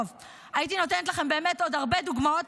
הייתי נותנת לכם עוד הרבה דוגמאות,